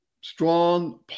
strong